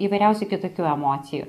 įvairiausių kitokių emocijų